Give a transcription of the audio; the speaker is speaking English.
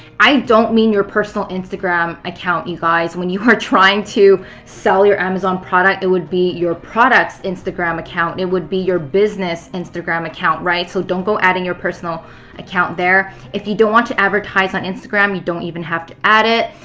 i don't mean your personal instagram account, you guys, when you are trying to sell your amazon products. i would be your products' instagram account. it would be your business' instagram account, right? so don't go adding your personal account there. if you don't want to advertise on instagram, you don't even have to add it.